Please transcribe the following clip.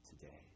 today